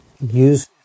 use